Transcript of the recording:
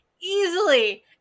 easily